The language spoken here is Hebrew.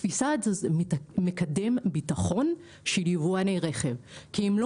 הקפיצה זה מקדם ביטחון של יבואני רכב כי הם לא